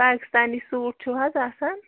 Pakistani suit چھُو حظ آسان